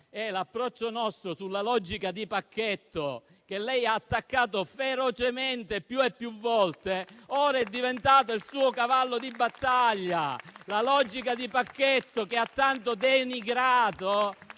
l'approccio sulla logica di pacchetto, che lei ha attaccato ferocemente più e più volte ed ora è diventato il suo cavallo di battaglia. Quella logica di pacchetto che ha tanto denigrato